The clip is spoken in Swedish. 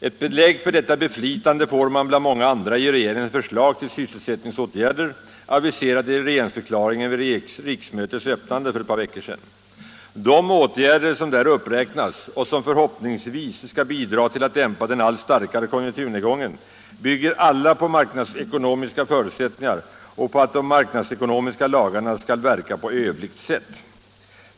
Ett belägg för detta beflitande får man bland många andra i regeringens förslag till sysselsättningsåtgärder, aviserade i regeringsförklaringen vid riksmötets öppnande för ett par veckor sedan. De åtgärder som där uppräknas och som förhoppningsvis skall bidra till att dämpa den allt starkare konjunkturnedgången bygger alla på marknadsekonomiska förutsättningar och på att de marknadsekonomiska lagarna skall verka på övligt sätt.